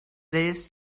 this